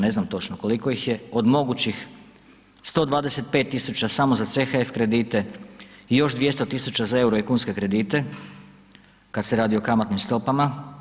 Ne znam točno koliko ih je, od mogućih 125 tisuća samo za CHF kredite i još 200 tisuća za euro i kunske kredite kada se radi o kamatnim stopama.